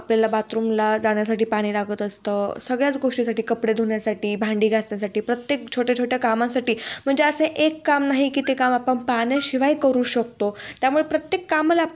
आपल्याला बाथरूमला जाण्यासाठी पाणी लागत असतं सगळ्याच गोष्टीसाठी कपडे धुण्यासाठी भांडी घासण्यासाठी प्रत्येक छोट्या छोट्या कामासाठी म्हणजे असं एक काम नाही की ते काम आपण पाण्याशिवाय करू शकतो त्यामुळे प्रत्येक कामाला